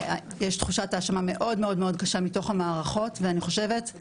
יש תחושת אשמה מאוד קשה מתוך המערכות ואני חושבת,